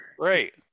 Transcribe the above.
Right